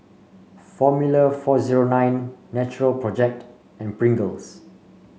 Formula four zero nine Natural Project and Pringles